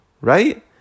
right